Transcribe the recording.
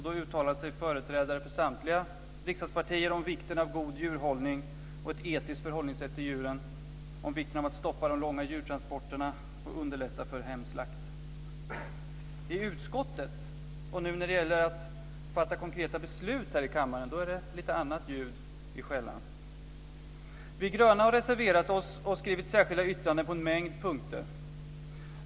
Då uttalade sig företrädare för samtliga riksdagspartier om vikten av god djurhållning och ett etiskt förhållningssätt till djuren och om vikten av att stoppa de långa djurtransporterna och underlätta för hemslakt. I utskottet och även nu när det gäller att fatta konkreta beslut här i kammaren är det lite annat ljud i skällan. Vi gröna har reserverat oss och skrivit särskilda yttranden på en mängd punkter.